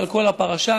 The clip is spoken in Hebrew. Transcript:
על פי התקנון אסור לדבר,